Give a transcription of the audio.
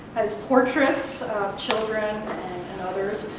his portraits of children and others.